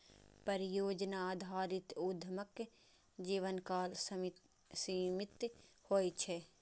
परियोजना आधारित उद्यमक जीवनकाल सीमित होइ छै